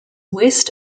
west